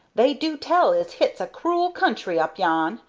they do tell as hit's a cruel country up yon,